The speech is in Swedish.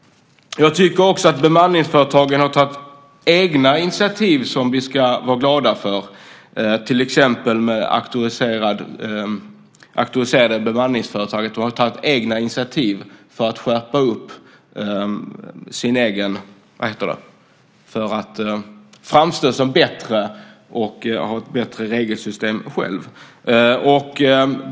Auktoriserade bemanningsföretag har tagit egna initiativ, som vi ska vara glada för, för att framstå som bättre och ha ett bättre regelsystem.